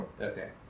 Okay